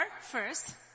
first